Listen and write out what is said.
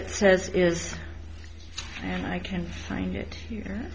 it says is and i can find it here